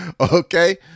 Okay